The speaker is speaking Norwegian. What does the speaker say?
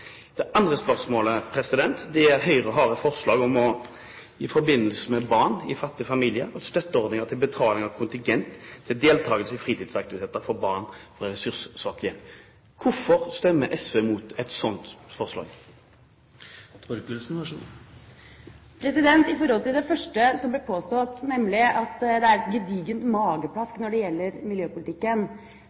Det andre spørsmålet går på at Høyre har et forslag, i forbindelse med barn i fattige familier, om støtteordninger til betaling av kontingent til deltagelse i fritidsaktiviteter for barn fra ressurssvake hjem. Hvorfor stemmer SV mot et sånt forslag? Med hensyn til det første som ble påstått, nemlig at miljøpolitikken er «et gedigent mageplask», kan jeg bare påpeke at i dette budsjettet f.eks. er det to ting som preger revidert når det gjelder